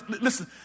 listen